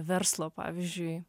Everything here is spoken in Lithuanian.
verslo pavyzdžiui